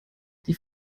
die